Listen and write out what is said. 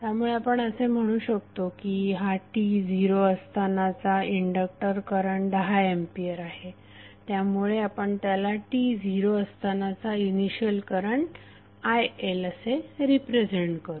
त्यामुळे आपण असे म्हणू शकतो की हा टी 0 असतानाचा इंडक्टर करंट 10एंपियर आहे त्यामुळे आपण त्याला t 0 असतानाचा इनिशियल करंट iL असे रिप्रेझेंट करू